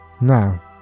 Now